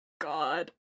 God